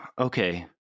Okay